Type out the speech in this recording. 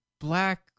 black